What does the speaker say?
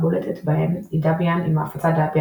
הבולטת בהם היא דביאן עם ההפצה דביאן